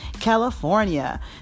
California